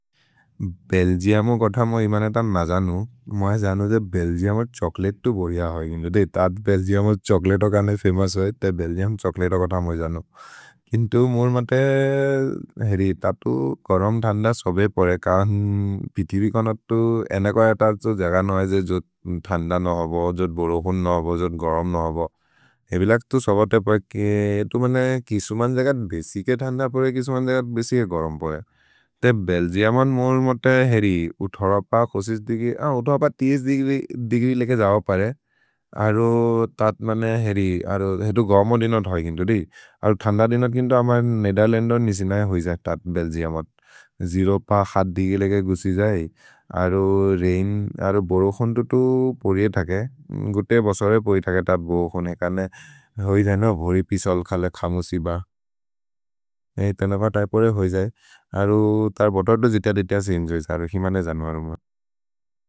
भेल्गिअमो कोथ म इमने तन् म जनु, म जनु जे भेल्गिअमो छोक्लेतु बोरेअ होइ। दे, तद् भेल्गिअमो छोक्लेतो कने फमोउस् होइ, ते भेल्गिअमो छोक्लेतो कोथ म जनु। किन्तु मोर् मते, हेरि, तद् तु गरम् थन्द सोबे परे कहन्। पिति भि कोनत् तु एन कोइ अतर्छो, जगन् होइ जे जोद् थन्द न होबो, जोद् बोरोहुन् न होबो, जोद् गरम् न होबो। हेबिलक् तु सोबते परे के, एतु मने किसु मन् जेकत् बेसिके थन्द परे, किसु मन् जेकत् बेसिके गरम् परे। ते भेल्गिअमो मोर् मते, हेरि, उथोर प खोसिस् दिगि, अ, उथोर प तिस् दिगि लेके जव परे। अरो, तद् मने हेरि, हेतु गौम दिनोद् होइ किन्तु दि। अरो थन्द दिनोद् किन्तु अमन् नेदेर्लन्दो निसिनये होइ ज, तद् भेल्गिअमो जेरो प खत् दिगि लेके गुसि जै। अरो रैन्, अरो बोरोहुन् तुतु पोरिए थके, गुते बसोरे पोरिए थके, तद् बोरोहुन् एकने होइ जैनो, अरो भोरि पिसोल् खले, खमु सिब। ए, तेन प तैपोरे होइ जै। अरो, तर् बोत दो जित देत असे एन्जोय् ज, अरो हिमने जनोहरु म।